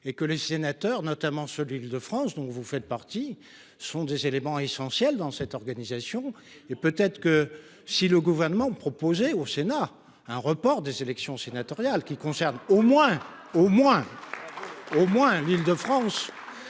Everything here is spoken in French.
et que les sénateurs, notamment celui d'Île-de-France. Donc vous faites partie, ce sont des éléments essentiels dans cette organisation et peut être que si le gouvernement proposé au Sénat un report des élections sénatoriales qui concerne au moins au moins.